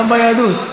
גם ביהדות,